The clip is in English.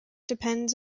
depends